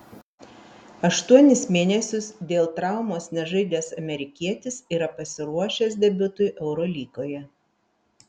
aštuonis mėnesius dėl traumos nežaidęs amerikietis yra pasiruošęs debiutui eurolygoje